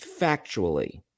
factually